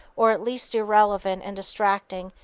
or at least irrelevant and distracting,